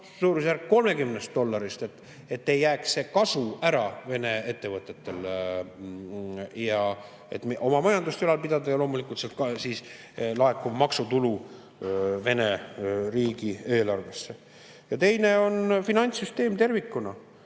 suurusjärgus 30 dollarist, et jääks ära see kasu Vene ettevõtetele, et oma majandust ülal pidada, ja loomulikult sealt laekuv maksutulu Vene riigieelarvesse. Ja teine on finantssüsteem tervikuna,